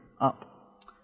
up